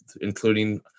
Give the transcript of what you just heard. including